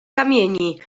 kamieni